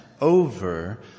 over